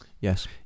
Yes